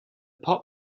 pop